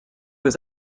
was